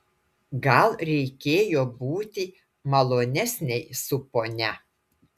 gal reikėjo būti malonesnei su ponia